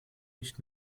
nicht